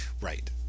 Right